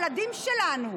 הילדים שלנו,